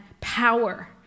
power